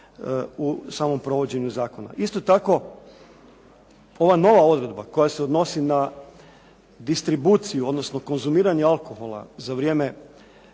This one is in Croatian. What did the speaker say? u samom provođenju zakona. Isto tako ova nova odredba koja se odnosi na distribuciju odnosno konzumiranje alkohola za vrijeme